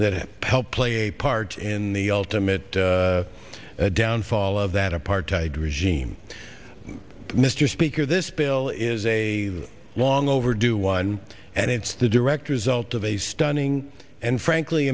helped play a part in the ultimate downfall of that apartheid regime mr speaker this bill is a long overdue one and it's the direct result of a stunning and frankly